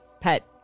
pet